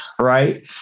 Right